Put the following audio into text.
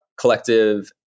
collective